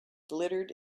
glittered